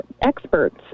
experts